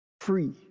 Free